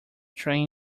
train